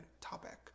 topic